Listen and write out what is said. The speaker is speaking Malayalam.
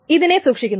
ഇതിനെ സൂക്ഷിക്കുന്നു